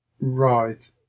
Right